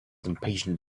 impatient